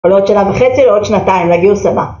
או לעוד שנה וחצי, או לעוד שנתיים, נגיד סב...